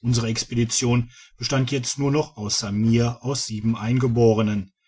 unsere expedition bestand jetzt nur noch ausser mir aus sieben eingeborenen